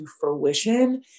fruition